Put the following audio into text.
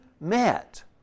met